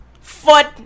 Foot